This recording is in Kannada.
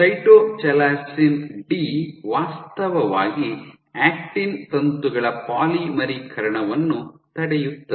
ಸೈಟೊಚಾಲಾಸಿನ್ ಡಿ ವಾಸ್ತವವಾಗಿ ಆಕ್ಟಿನ್ ತಂತುಗಳ ಪಾಲಿಮರೀಕರಣವನ್ನು ತಡೆಯುತ್ತದೆ